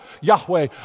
Yahweh